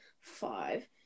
five